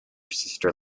sister